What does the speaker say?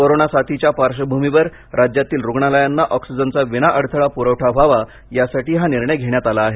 corona साथीच्या पार्श्वभूमीवर राज्यातील रुग्णालयांना ऑक्सिजनचा विनाअडथळा पुरवठा व्हावा यासाठी हा निर्णय घेण्यात आला आहे